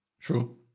True